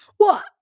well,